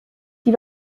sie